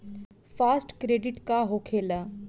Fast credit का होखेला?